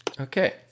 Okay